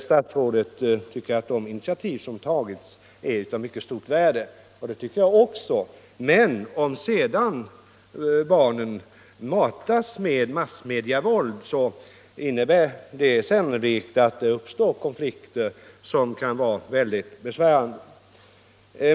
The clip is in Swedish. Statsrådet anser att de initiativ som tagits är av mycket stort värde, och det tycker även jag. Men om barnen sedan matas med massmedievåld innebär detta sannolikt att det uppstår konflikter som kan vara mycket besvärande.